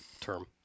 term